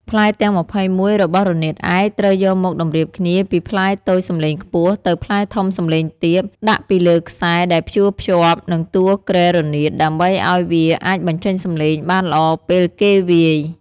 ផ្លែទាំង ២១ របស់រនាតឯក ត្រូវយកមកតម្រៀបគ្នាពីផ្លែតូចសំឡេងខ្ពស់ ទៅផ្លែធំសំឡេងទាប ដាក់ពីលើខ្សែដែលព្យួរភ្ជាប់នឹងតួគ្រែរនាត ដើម្បីឱ្យវាអាចបញ្ចេញសំឡេងបានល្អពេលគេវាយ។